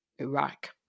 Iraq